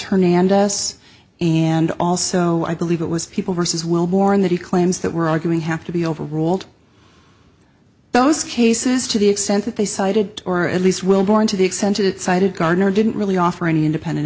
hernandez and also i believe it was people versus wellborn that he claims that we're arguing have to be over ruled those cases to the extent that they cited or at least will warrant to the extent it cited gardner didn't really offer any independent